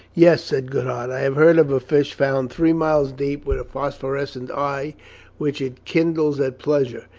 yes, said goodhart, i have heard of a fish found three miles deep with a phosphorescent eye which it kindles at pleasure,